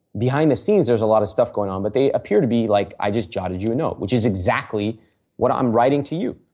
behind the scenes there is a lot of stuff going on, but they appear to be like i just jotted you a note, which is exactly what i am writing to you.